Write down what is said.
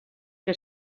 que